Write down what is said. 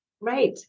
Right